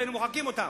היינו מוחקים אותם.